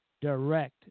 direct